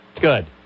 Good